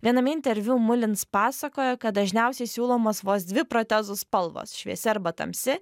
viename interviu mulins pasakojo kad dažniausiai siūlomos vos dvi protezų spalvos šviesi arba tamsi